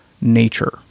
nature